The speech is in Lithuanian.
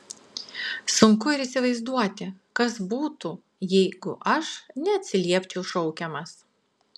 sunku ir įsivaizduoti kas būtų jeigu aš neatsiliepčiau šaukiamas